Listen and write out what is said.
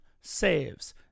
saves